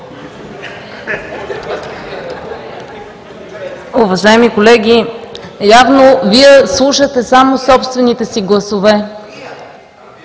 Уважаеми колеги! Явно Вие слушате само собствените си гласове.